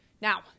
Now